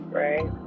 right